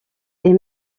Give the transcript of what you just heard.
est